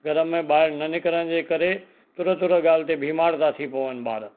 घर में ॿाहिरि न निकिरण जे करे तुर तुर ॻाल्हि ते बीमार था थी पवनि ॿार